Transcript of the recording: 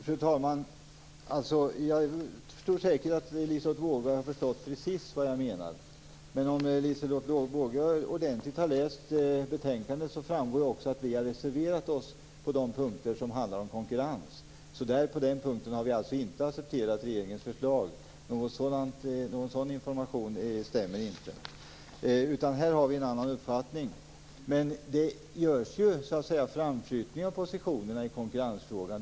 Fru talman! Jag tror säkert att Liselotte Wågö har förstått precis vad jag menar. Men om hon har läst betänkandet ordentligt framgår det också att vi har reserverat oss på de punkter som handlar om konkurrens. På den punkten har vi alltså inte accepterat regeringens förslag. Vi har alltså en annan uppfattning. Men det görs ju framflyttningar av positionerna i konkurrensfrågan.